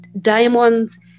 diamonds